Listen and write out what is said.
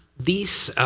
these